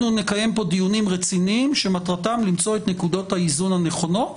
נקיים פה דיונים רציניים שמטרתם למצוא את נקודות האיזון הנכונות.